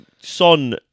Son